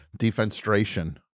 Defenstration